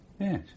Yes